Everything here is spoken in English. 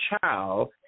child